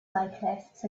cyclists